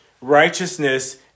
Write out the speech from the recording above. righteousness